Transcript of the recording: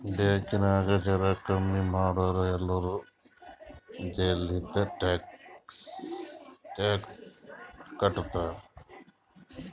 tax ನಾಗ್ ಜರಾ ಕಮ್ಮಿ ಮಾಡುರ್ ಎಲ್ಲರೂ ಜಲ್ದಿ ಟ್ಯಾಕ್ಸ್ ಕಟ್ತಾರ್